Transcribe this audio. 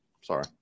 sorry